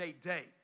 day